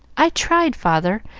i tried, father,